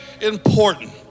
important